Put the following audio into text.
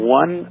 one